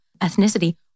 ethnicity